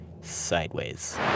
sideways